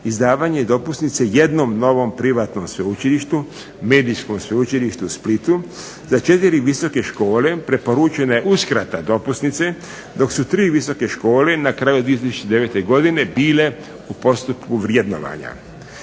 izdavanje dopusnice jednom novom privatnom sveučilištu Medijskom sveučilištu u Splitu za četiri visoke škole preporučene uskrata dopusnice dok su tri visoke škole na kraju 2009. godine bile u postupku vrjednovanja.